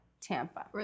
Tampa